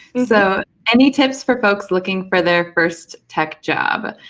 so any tips for folks looking for their first tech job,